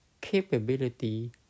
capability